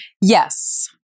Yes